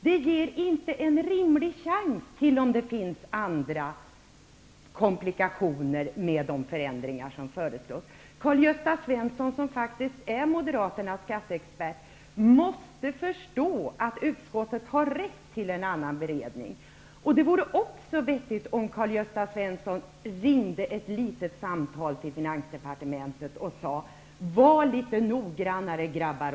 Man får då inte en rimlig chans att undersöka om det kan uppstå andra komplikationer med de förändringar som föreslås. Karl-Gösta Svensom, som faktiskt är Moderaternas skatteexpert, måste inse att utskottet har rätt till en annan beredning. Det vore också vettigt om Karl Gösta Svenson ringde ett samtal till finansdepartementet och bad grabbarna och tjejerna där att vara litet noggrannare.